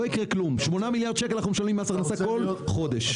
אנחנו משלמים 8 מיליארד ₪ למס הכנסה בכל חודש.